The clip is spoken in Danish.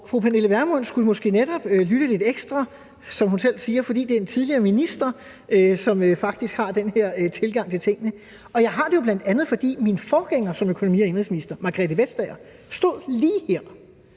som hun selv siger, fordi det er en tidligere minister, som faktisk har den her tilgang til tingene. Og jeg har den jo bl.a., fordi min forgænger som økonomi- og indenrigsminister, Margrethe Vestager, stod lige her